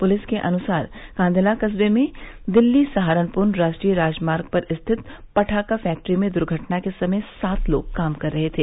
police के अन्सार कांधला कस्बे में दिल्ली सहारनपुर राष्ट्रीय राजमार्ग पर स्थित पटाखा फैक्ट्री में दुर्घटना के समय सात लोग काम कर रहे थे